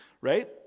right